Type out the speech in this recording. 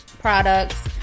Products